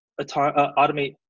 automate